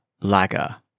Lager